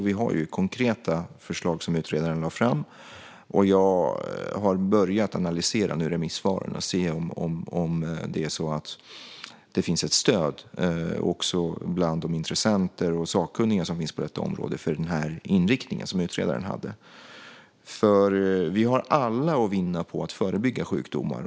Vi har konkreta förslag som utredaren lade fram. Och jag har börjat analysera remissvaren för att se om det finns ett stöd också bland intressenter och sakkunniga på detta område för den inriktning som utredaren hade. Vi alla vinner på att sjukdomar förebyggs.